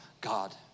God